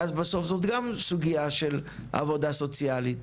ואז בסוף זו גם סוגייה של עבודה סוציאלית,